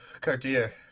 Cartier